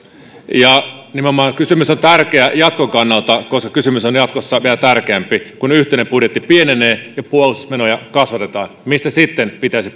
ja nimenomaan kysymys on tärkeä jatkon kannalta koska kysymys on jatkossa vielä tärkeämpi kun yhteinen budjetti pienenee ja puolustusmenoja kasvatetaan mistä sitten pitäisi